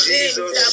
Jesus